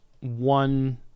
one